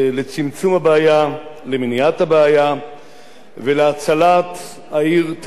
למניעת הבעיה ולהצלת העיר תל-אביב רבתי.